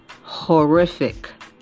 horrific